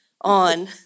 on